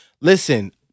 Listen